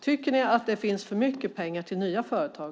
Tycker ni att det finns för mycket pengar till nya företag?